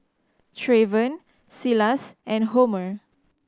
Treyvon Silas and Homer